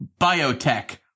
biotech